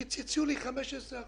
קיצצו לי 15%,